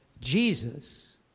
Jesus